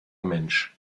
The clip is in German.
mensch